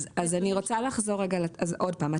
אז עוד פעם,